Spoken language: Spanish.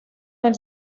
del